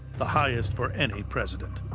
the highest for any president.